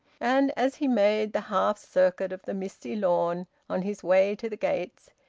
and as he made the half-circuit of the misty lawn, on his way to the gates,